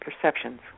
perceptions